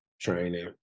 training